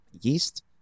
yeast